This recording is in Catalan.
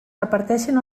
reparteixen